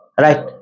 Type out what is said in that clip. Right